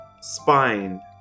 spine